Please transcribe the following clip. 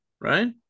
right